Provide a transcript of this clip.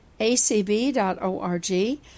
acb.org